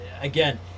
again